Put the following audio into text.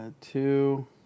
Two